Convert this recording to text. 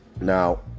Now